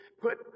put